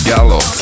Gallo